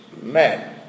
man